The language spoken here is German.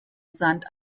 sand